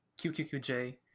QQQJ